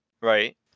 right